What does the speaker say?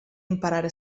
imparare